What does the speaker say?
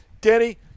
Denny